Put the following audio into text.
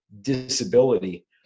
disability